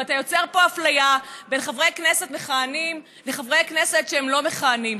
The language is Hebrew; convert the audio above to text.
ואתה יוצר פה אפליה בין חברי כנסת מכהנים לחברי כנסת לא מכהנים.